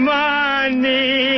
money